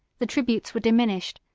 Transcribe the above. the tributes were diminished,